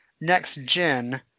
next-gen